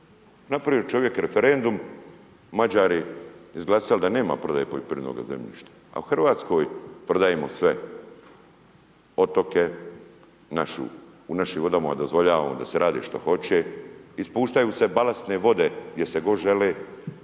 Napravio čovjek referendum, Mađari izglasali da nema prodaje poljoprivrednoga zemljišta. A u RH prodajemo sve. Otoke, našu, u našim vodama dozvoljavamo da se radi što hoće, ispuštaju se balastne vode gdje se god žele,